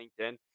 linkedin